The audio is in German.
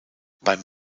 beim